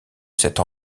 cette